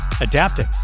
adapting